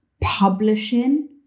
publishing